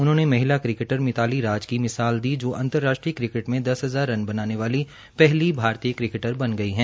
उन्होंने महिला क्रिकेटर मिताली राज का उदाहरण दी जो अंतर्राष्ट्रीय क्रिकेट में दस हजार रन बनाने वाली पहली भारतीय क्रिकेटर बन गई है